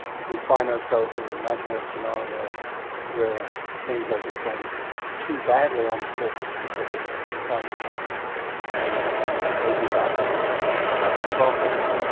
if we find ourselves in the nightmare scenario where things are just going too badly on the surface because of climate change and maybe about to get catastrophic,